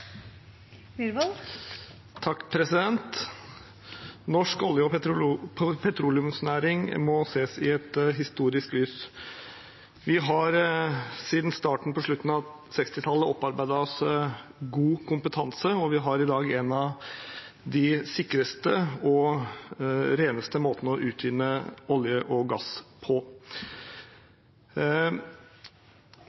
Norsk olje- og petroleumsnæring må ses i et historisk lys. Vi har siden starten – på slutten av 1960-tallet – opparbeidet oss god kompetanse og har i dag en av de sikreste og reneste måtene å utvinne olje og gass på.